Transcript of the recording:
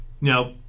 now